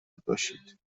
باشید